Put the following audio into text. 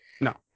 No